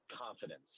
confidence